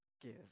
give